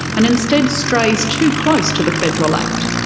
and instead strays too close to the federal act.